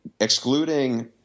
excluding